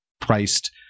priced